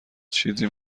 چیزی